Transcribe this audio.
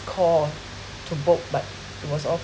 call to book but it was all